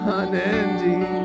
unending